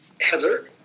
Heather